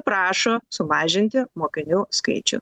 prašo sumažinti mokinių skaičių